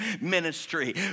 ministry